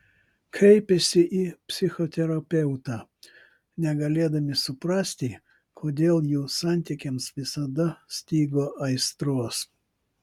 kreipėsi į psichoterapeutą negalėdami suprasti kodėl jų santykiams visada stigo aistros